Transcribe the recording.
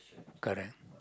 correct